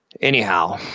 Anyhow